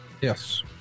Yes